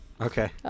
Okay